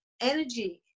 energy